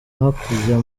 hakurya